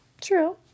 True